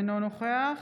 אינו נוכח